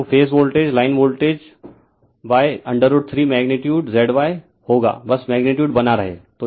तो phase voltage line voltage √3 magnitude Z Y होगा बस मैग्नीटीयूड बना रहे हैं